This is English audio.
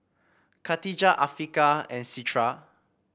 Katijah Afiqah and Citra